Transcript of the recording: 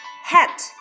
hat